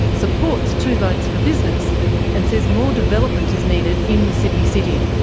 supports two votes for business and says more development is needed in the sydney city.